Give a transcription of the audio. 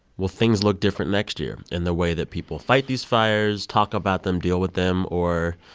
will things look different next year in the way that people fight these fires, talk about them, deal with them or